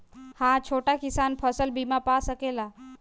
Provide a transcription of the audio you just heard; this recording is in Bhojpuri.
हा छोटा किसान फसल बीमा पा सकेला?